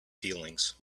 feelings